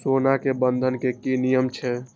सोना के बंधन के कि नियम छै?